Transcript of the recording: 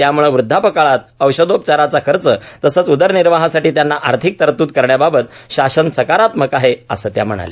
त्याम्ळं वृद्वापकाळात औषधोपचाराचा खर्च तसंच उदरनिर्वाहासाठी त्यांना आर्थिक तरतूद करण्याबाबत शासन सकारात्मक आहेए असं त्या म्हणाल्या